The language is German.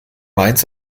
mainz